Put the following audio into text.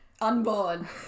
Unborn